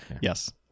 Yes